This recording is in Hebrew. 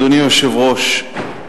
אדוני היושב-ראש,